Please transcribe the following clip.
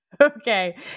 Okay